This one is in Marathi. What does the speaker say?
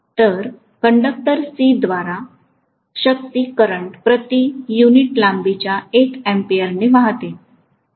तर कंडक्टर C द्वारे शक्ती करंट प्रति युनिट लांबीच्या 1 A ने वाहते